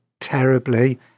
terribly